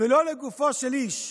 ולא לגופו של איש.